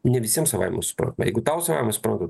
ne visiems savaime suprantama jeigu tau savaime suprantama